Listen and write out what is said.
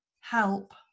Help